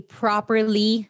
properly